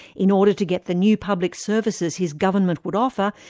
in order to get the new public services his government would offer,